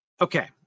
okay